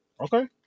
Okay